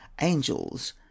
angels